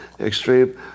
extreme